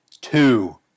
two